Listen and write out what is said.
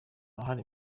ruhare